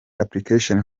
application